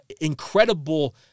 incredible